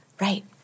right